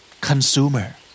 Consumer